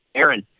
Aaron